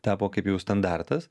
tapo kaip jau standartas